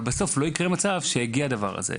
אבל בסוף לא יקרה מצב שיגיע הדבר הזה,